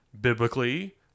biblically